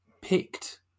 picked